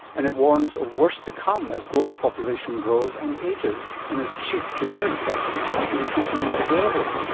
and it warns of worse to come as global population grows and ages and as cheap generic drugs become increasingly available.